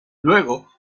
luego